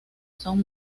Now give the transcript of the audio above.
son